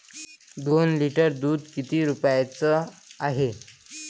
दोन लिटर दुध किती रुप्याचं हाये?